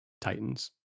titans